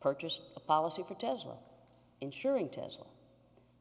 purchased a policy for tesla insuring tesla